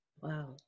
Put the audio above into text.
Wow